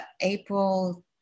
April